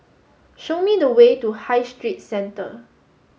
show me the way to High Street Centre